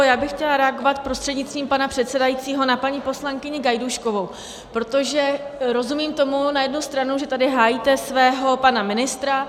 Já bych chtěla reagovat prostřednictvím pana předsedajícího na paní poslankyni Gajdůškovou, protože rozumím tomu na jednu stranu, že tady hájíte svého pana ministra.